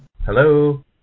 Hello